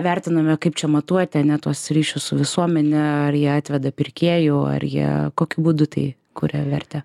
vertiname kaip čia matuoti ane tuos ryšius su visuomene ar jie atveda pirkėjų ar jie kokiu būdu tai kuria vertę